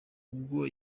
ubwo